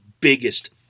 biggest